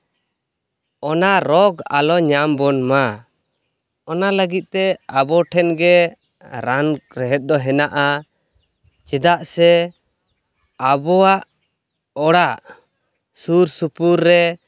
ᱚᱱᱟ ᱨᱳᱜᱽ ᱟᱞᱚ ᱧᱟᱢ ᱵᱚᱱ ᱢᱟ ᱚᱱᱟ ᱞᱟᱹᱜᱤᱫᱛᱮ ᱟᱵᱚ ᱴᱷᱮᱱ ᱜᱮ ᱨᱟᱱ ᱨᱮᱦᱮᱫ ᱫᱚ ᱦᱮᱱᱟᱜᱼᱟ ᱪᱮᱫᱟᱜ ᱥᱮ ᱟᱵᱚᱣᱟᱜ ᱚᱲᱟᱜ ᱥᱩᱨ ᱥᱩᱯᱩᱨ ᱨᱮ